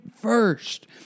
first